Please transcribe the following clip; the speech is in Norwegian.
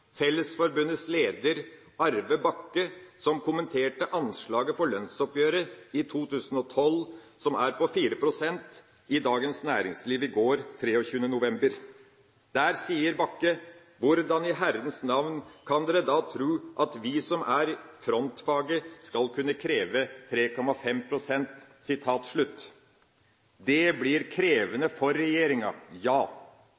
Fellesforbundets leder, Arve Bakke, i Dagens Næringsliv i går, 23. november, kommenterte om anslaget for lønnsoppgjøret i 2012, som er på 4 pst. Der sier Bakke: «Hvordan i herrens navn kan dere da tro at vi som er frontfaget skal kreve 3,5 prosent?» Det blir